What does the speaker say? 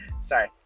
sorry